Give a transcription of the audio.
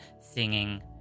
singing